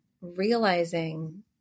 realizing